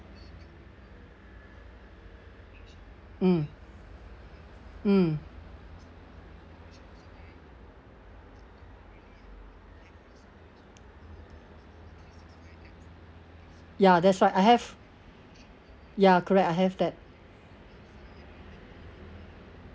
mm mm ya that's why I have ya correct I have that